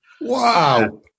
wow